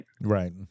Right